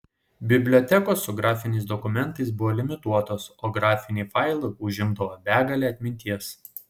bibliotekos su grafiniais dokumentais buvo limituotos o grafiniai failai užimdavo begalę atminties